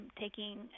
taking